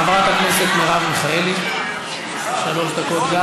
חברת הכנסת מרב מיכאלי, גם שלוש דקות.